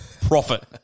profit